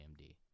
AMD